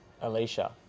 Alicia